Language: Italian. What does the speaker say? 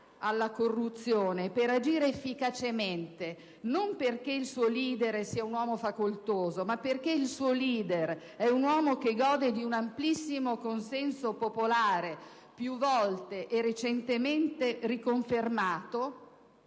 alla corruzione per agire efficacemente, non perché il suo leader sia un uomo facoltoso, ma perché il suo leader è un uomo che gode di un amplissimo consenso popolare, più volte e recentemente riconfermato,